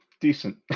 decent